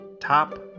Top